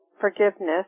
Forgiveness